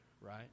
right